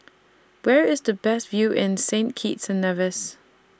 Where IS The Best View in Saint Kitts and Nevis